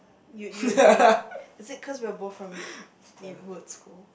you you agree is it cause we are both from neighbourhood school